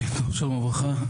שלום וברכה,